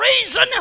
reason